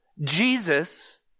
Jesus